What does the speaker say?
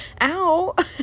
Ow